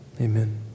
Amen